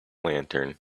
lantern